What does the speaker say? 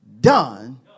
done